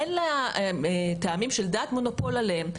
אין לטעמים של דת מונופול עליהם.